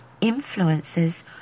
influences